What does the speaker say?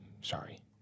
sorry